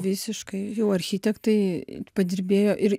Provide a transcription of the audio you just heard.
visiškai jau architektai padirbėjo ir